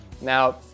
now